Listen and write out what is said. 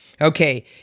Okay